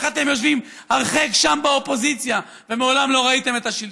איך אתם יושבים הרחק שם באופוזיציה ומעולם לא ראיתם את השלטון?